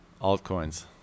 Altcoins